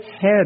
head